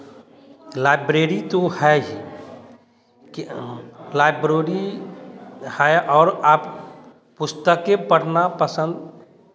library तो है ही कि लाईब्रोरी है और आप पुस्तकें पढना पसंद